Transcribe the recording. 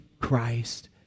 Christ